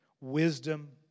wisdom